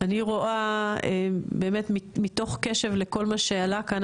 אני רואה באמת מתוך קשב לכל מה שעלה כאן,